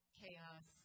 chaos